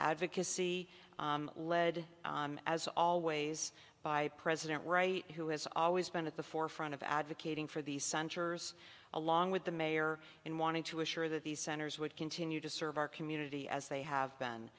advocacy led as always by president wright who has always been at the forefront of advocating for these centers along with the mayor and wanted to assure that these centers would continue to serve our community as they have been